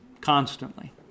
Constantly